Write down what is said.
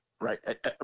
Right